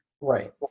right